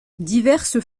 diverses